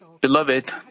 beloved